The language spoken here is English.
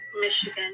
Michigan